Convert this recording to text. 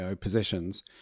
positions